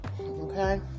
okay